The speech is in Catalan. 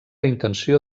intenció